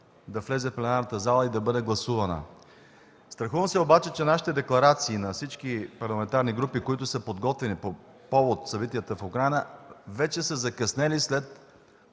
да влезе в пленарната зала и да бъде гласувана. Страхувам се обаче, че декларациите на всички парламентарни групи, които са подготвени по повод събитията в Украйна, вече са закъснели след